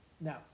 Now